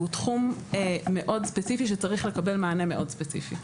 והוא תחום מאוד ספציפי שצריך לקבל מענה מאוד ספציפי.